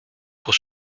pour